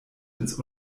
ins